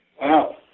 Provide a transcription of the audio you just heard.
Wow